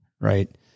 right